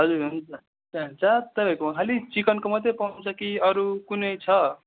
हजुर हुन्छ के भन्छ तपाईँहरूकोमा खालि चिकनको मात्रै पाउँछ कि अरू कुनै छ